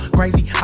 gravy